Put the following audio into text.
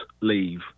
leave